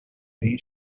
then